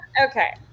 Okay